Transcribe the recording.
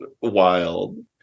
wild